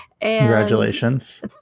Congratulations